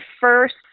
first